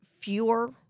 fewer